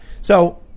So-